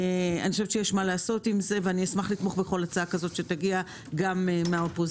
יש מה לעשות עם זה אני אשמח לתמוך בכל הצעה שתגיע גם מהאופוזיציה.